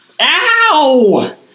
Ow